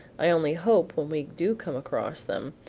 i only hope, when we do come across them,